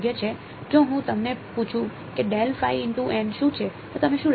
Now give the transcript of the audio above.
જો હું તમને પૂછું કે શું છે તો તમે શું લખશો